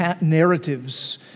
narratives